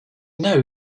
know